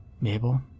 Mabel